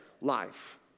life